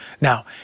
Now